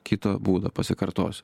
kito būdo pasikartos